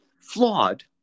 Flawed